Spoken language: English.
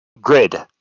Grid